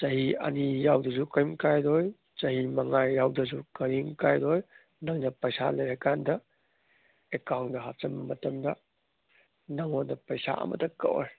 ꯆꯍꯤ ꯑꯅꯤ ꯌꯥꯎꯗ꯭ꯔꯁꯨ ꯀꯔꯤꯝ ꯀꯥꯏꯔꯣꯏ ꯆꯍꯤ ꯃꯉꯥ ꯌꯥꯎꯗ꯭ꯔꯁꯨ ꯀꯔꯤꯝ ꯀꯥꯏꯔꯣꯏ ꯅꯣꯏꯅ ꯄꯩꯁꯥ ꯂꯩꯔꯀꯥꯟꯗ ꯑꯦꯛꯀꯥꯎꯟꯗ ꯍꯥꯞꯆꯤꯟꯕ ꯃꯇꯝꯗ ꯅꯪꯉꯣꯟꯗ ꯄꯩꯁꯥ ꯑꯃꯠꯇ ꯀꯛꯑꯣꯏ